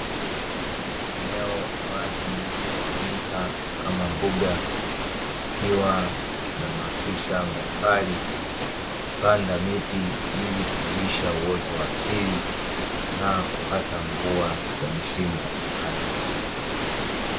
Eneo la wazi linalotumika kama mbuga, likiwa na maafisa mbalimbali, wakipanda miti ili kurudisha uoto wa asili, na kupata mvua za misimu mbalimbali.